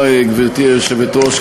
גברתי היושבת-ראש,